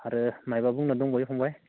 आरो मायबा बुंनो दंबावो फंबाय